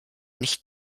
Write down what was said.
nicht